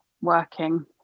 working